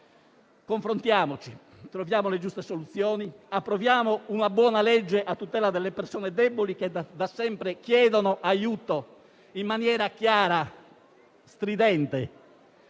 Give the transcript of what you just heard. Confrontiamoci, troviamo le giuste soluzioni, approviamo una buona legge a tutela delle persone deboli, che da sempre chiedono aiuto in maniera chiara e stridente.